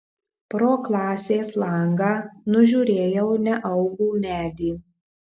pro klasės langą nužiūrėjau neaugų medį